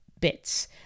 bits